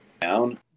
down